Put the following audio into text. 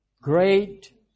great